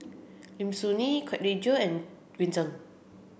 Lim Soo Ngee Kwek Leng Joo and Green Zeng